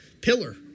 pillar